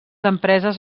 empreses